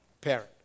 Parent